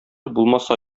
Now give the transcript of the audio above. булмаса